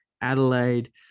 Adelaide